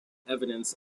evidence